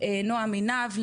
נועם עינב,